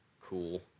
cool